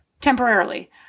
temporarily